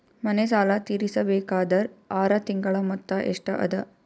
ಮನೆ ಸಾಲ ತೀರಸಬೇಕಾದರ್ ಆರ ತಿಂಗಳ ಮೊತ್ತ ಎಷ್ಟ ಅದ?